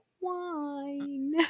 wine